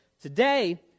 Today